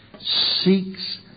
seeks